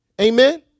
Amen